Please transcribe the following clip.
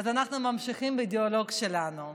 אז אנחנו ממשיכים בדיאלוג שלנו.